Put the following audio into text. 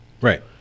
Right